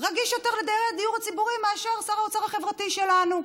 רגיש יותר לדייר הדיור הציבורי מאשר שר האוצר החברתי שלנו.